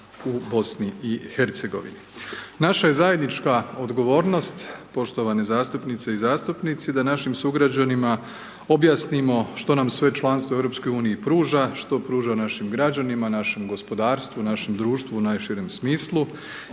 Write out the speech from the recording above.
naroda u BiH. Naša je zajednička odgovornost, poštovane zastupnice i zastupnici, da našim sugrađanima objasnimo što nam sve članstvo u EU pruža, što pruža našim građanima, našem gospodarstvu, našem društvu u najširem smislu